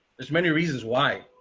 there's many reasons why.